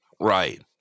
Right